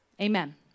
Amen